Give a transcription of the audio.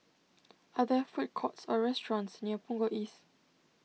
are there food courts or restaurants near Punggol East